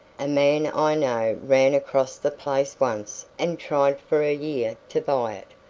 a man i know ran across the place once and tried for a year to buy it.